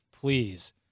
please